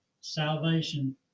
salvation